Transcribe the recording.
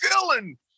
villain